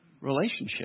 relationship